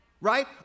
Right